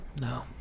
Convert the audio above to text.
no